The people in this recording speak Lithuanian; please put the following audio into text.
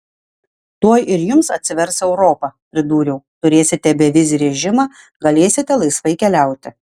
tuoj ir jums atsivers europa pridūriau turėsite bevizį režimą galėsite laisvai keliauti